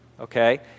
Okay